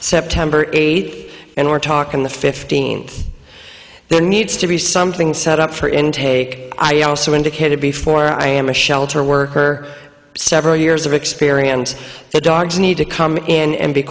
september eighth and we're talking the fifteenth there needs to be something set up for intake i also indicated before i am a shelter worker several years of experience that dogs need to come in and be